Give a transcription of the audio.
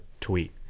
tweet